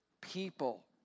people